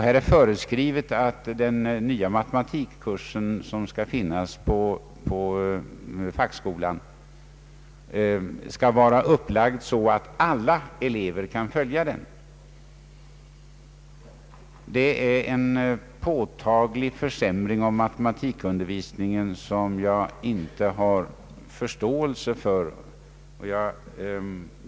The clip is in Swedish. Här är föreskrivet att den nya matematikkursen, som skall finnas på fackskolan, skall vara upplagd så, att alla elever kan följa den. Det är en påtaglig försämring av matematikundervisningen, som jag inte har förståelse för.